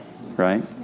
Right